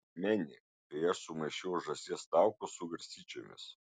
meni kai aš sumaišiau žąsies taukus su garstyčiomis